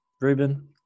Ruben